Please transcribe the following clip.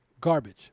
garbage